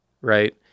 right